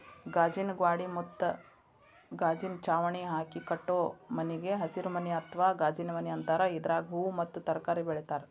ಗಾಜಿನ ಗ್ವಾಡಿ ಮತ್ತ ಗಾಜಿನ ಚಾವಣಿ ಹಾಕಿ ಕಟ್ಟೋ ಮನಿಗೆ ಹಸಿರುಮನಿ ಅತ್ವಾ ಗಾಜಿನಮನಿ ಅಂತಾರ, ಇದ್ರಾಗ ಹೂವು ಮತ್ತ ತರಕಾರಿ ಬೆಳೇತಾರ